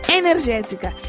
energética